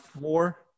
four